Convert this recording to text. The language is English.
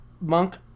Monk